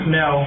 no